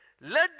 Let